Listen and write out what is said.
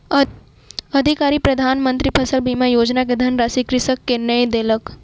अधिकारी प्रधान मंत्री फसल बीमा योजना के धनराशि कृषक के नै देलक